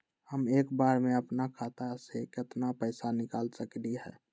हम एक बार में अपना खाता से केतना पैसा निकाल सकली ह?